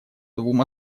двум